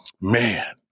man